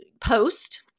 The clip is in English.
post